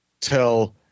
tell